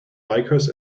bikers